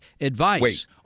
advice